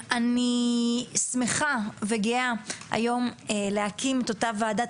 אני שמחה וגאה היום להקים את אותה ועדת